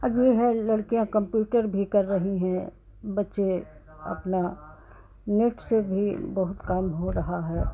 अब यह है लड़कियाँ कम्प्यूटर भी कर रही हैं बच्चे अपना नेट से भी बहुत काम हो रहा है